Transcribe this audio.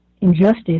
injustice